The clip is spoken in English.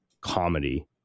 comedy